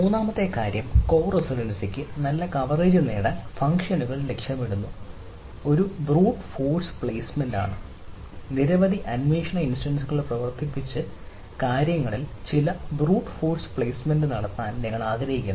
മൂന്നാമത്തെ കാര്യം കോ റെസിഡൻസിക്ക് നല്ല കവറേജ് നേടാൻ നല്ല ഫംഗ്ഷനുകൾ ലക്ഷ്യമിടുന്നു ഒന്ന് ബ്രൂട്ട് ഫോഴ്സ് പ്ലെയ്സ്മെന്റ് ആണ് നിരവധി അന്വേഷണ ഇൻസ്റ്റൻസ്കൾ പ്രവർത്തിപ്പിച്ച് കാര്യങ്ങളിൽ ചില ബ്രൂട്ട് ഫോഴ്സ് പ്ലെയ്സ്മെന്റ് നടത്താൻ നിങ്ങൾ ആഗ്രഹിക്കുന്നു